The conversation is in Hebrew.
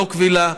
לא קבילה,